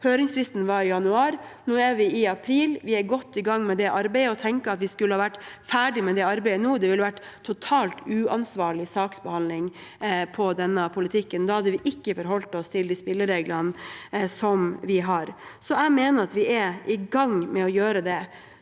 Høringsfristen var i januar. Nå er vi i mars. Vi er godt i gang med det arbeidet. Å tenke at vi skulle ha vært ferdige med det arbeidet nå, ville vært totalt uansvarlig saksbehandling av denne politikken. Da hadde vi ikke forholdt oss til de spillereglene som vi har. Jeg mener at vi er i gang med å gjøre det.